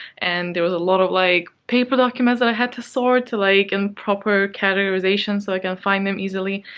and there was a lot of, like, paper documents that i had to sort to, like, in proper categorization so i can find them easily.